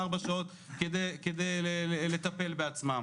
4 שעות כדי לטפל בעצמם,